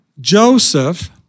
Joseph